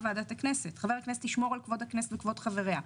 ועדת הכנסת: "חבר הכנסת ישמור על כבוד הכנסת וכבוד חבריה,